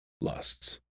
lusts